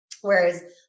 whereas